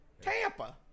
Tampa